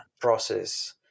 process